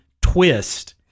twist